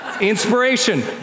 Inspiration